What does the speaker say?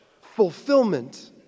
Fulfillment